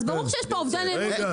אז ברור שיש פה אובדן אמון.